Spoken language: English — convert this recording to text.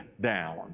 down